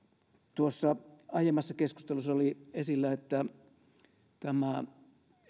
tuossa aiemmassa keskustelussa oli esillä että tämä